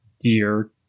year